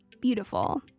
Beautiful